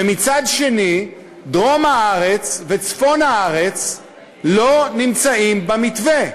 ומצד שני דרום הארץ וצפון הארץ לא נמצאים במתווה.